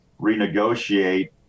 renegotiate